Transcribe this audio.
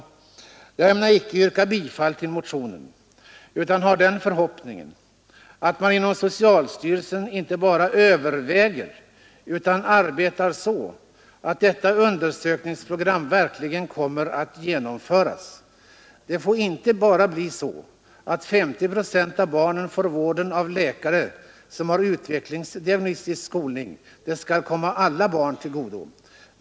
Jag ämnar icke yrka bifall till motionen utan har den förhoppningen att man inom socialstyrelsen inte bara överväger frågan utan arbetar så att detta undersökningsprogam verkligen kommer att genomföras. Det får inte bli så att endast 50 procent av barnen får vård av läkare som har utvecklingsdiagnostisk skolning, utan sådan vård skall komma alla barn till godo.